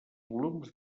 volums